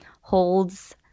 holds